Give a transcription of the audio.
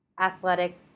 athletic